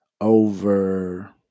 over